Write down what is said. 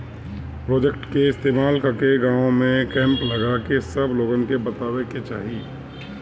projector के इस्तेमाल कके गाँव में कैंप लगा के सब लोगन के बतावे के चाहीं